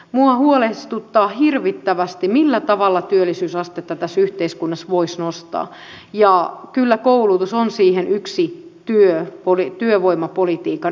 minua huolestuttaa hirvittävästi millä tavalla työllisyysastetta tässä yhteiskunnassa voisi nostaa ja kyllä koulutus on siihen yksi työvoimapolitiikan instrumentti